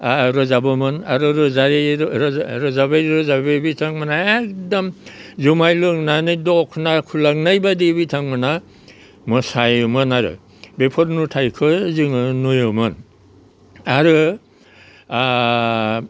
रोजाबोमोन आरो रोजाबै रोजाबै रोजाबै बिथांमोनहा एखदम जुमाय लोंनानै दख'ना खुलांनायबायदि बिथांमोनहा मोसायोमोन आरो बेफोर नुथायखौ जोङो नुयोमोन आरो